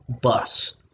bus